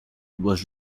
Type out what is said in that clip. was